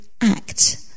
act